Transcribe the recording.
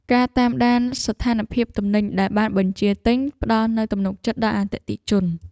ការតាមដានស្ថានភាពទំនិញដែលបានបញ្ជាទិញ ផ្តល់នូវទំនុកចិត្តដល់អតិថិជន។